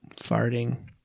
farting